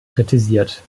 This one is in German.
kritisiert